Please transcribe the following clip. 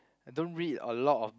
I don't read a lot of